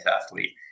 athlete